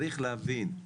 צריך להבין,